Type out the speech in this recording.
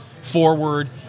forward